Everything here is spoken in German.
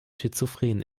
schizophren